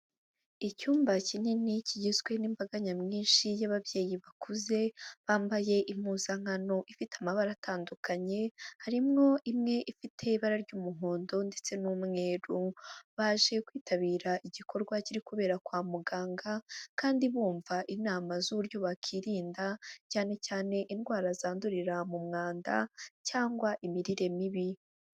Icyumba kinini kigizwe n'imbaga nyamwinshi y'ababyeyi bakuze, bambaye impuzankano ifite amabara atandukanye, harimwo imwe ifite ibara ry'umuhondo ndetse n'umweru. Baje kwitabira igikorwa kiri kubera kwa muganga, kandi bumva inama z'uburyo bakwirinda, cyane cyane indwara zandurira mu mwanda cyangwa imirire mibi.